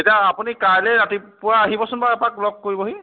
তেতিয়া আপুনি কাইলৈ ৰাতিপুৱা আহিবচোন বাৰু এপাক লগ কৰিবহি